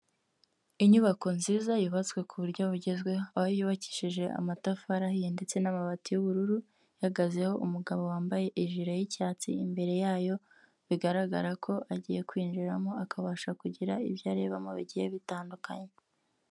Inyubako nziza yubatswe ku buryo bugezweho, aho yubakishije amatafari ahiye ndetse n'amabati y'ubururu ihagazeho umugabo wambaye ijire y'icyatsi imbere yayo bigaragara ko agiye kwinjiramo akabasha kugira ibyo arebamo bigiye bitandukanye.